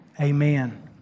Amen